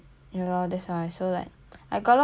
I got a lot of things I want ah honestly